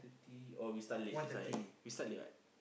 thirty oh we start late that is why we start late right